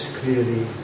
clearly